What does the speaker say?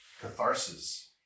catharsis